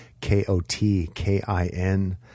K-O-T-K-I-N